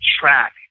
track